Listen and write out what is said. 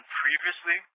previously